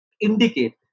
indicate